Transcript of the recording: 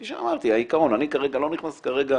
כפי שאמרתי, העיקרון, אני לא נכנס כרגע